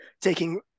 taking